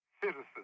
citizens